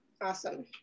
Awesome